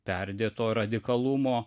perdėto radikalumo